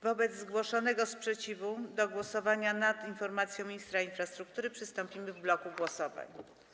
Wobec zgłoszonego sprzeciwu do głosowania nad informacją ministra infrastruktury przystąpimy w bloku głosowań.